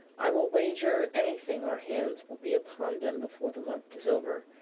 i will wager anything, our hands will be upon them before the month is over.